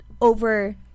over